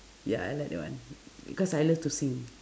ya I like that one because I love to sing